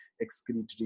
excretory